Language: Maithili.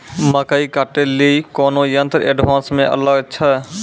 मकई कांटे ले ली कोनो यंत्र एडवांस मे अल छ?